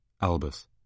Albus